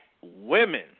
women